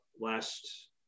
last